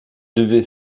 devait